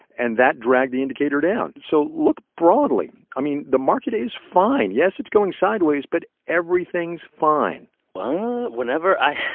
and that dragged the indicator down. so look broadly. i mean, the market is fine. yes, it's going sideways, but everything's fine what? whenever i